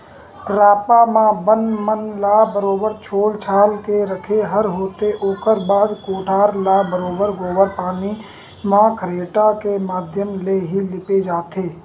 रापा म बन मन ल बरोबर छोल छाल के रखे बर होथे, ओखर बाद कोठार ल बरोबर गोबर पानी म खरेटा के माधियम ले ही लिपे जाथे